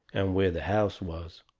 and where the house was,